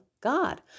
God